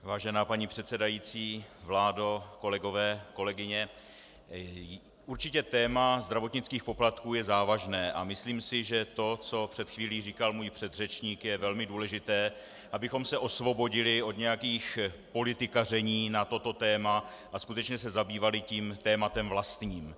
Vážená paní předsedající, vládo, kolegové, kolegyně, určitě téma zdravotnických poplatků je závažné a myslím si, že to, co před chvílí říkal můj předřečník, je velmi důležité abychom se osvobodili od nějakých politikaření na toto téma a skutečně se zabývali tím tématem vlastním.